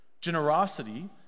Generosity